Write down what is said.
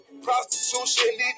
Prostitution